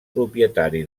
propietari